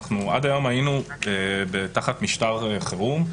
עד היום היינו תחת משטר חירום.